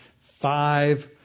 five